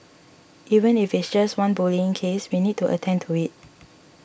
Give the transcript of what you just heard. even if it's just one bullying case we need to attend to it